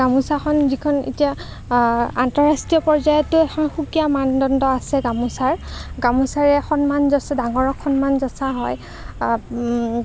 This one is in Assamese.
গামোছাখন যিখন এতিয়া আন্তঃৰাষ্ট্ৰীয় পৰ্যায়তে এখন সুকীয়া মানদণ্ড আছে গামোছাৰ গামোছাৰে সন্মান যাঁচো ডাঙৰক সন্মান যঁচা হয়